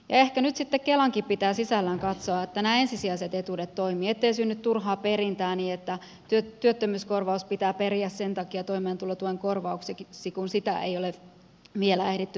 ehkä nyt sitten kelankin pitää sisällään katsoa että nämä ensisijaiset etuudet toimivat ettei synny turhaa perintää niin että työttömyyskorvaus pitää periä sen takia toimeentulotuen korvaukseksi kun sitä ei ole vielä ehditty päättelemään